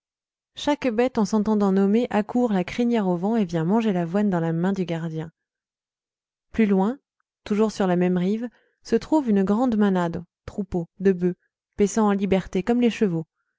chaque bête en s'entendant nommer accourt la crinière au vent et vient manger l'avoine dans la main du gardien plus loin toujours sur la même rive se trouve une grande manado troupeau de bœufs paissant en liberté comme les chevaux